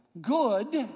good